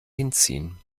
hinziehen